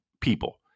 people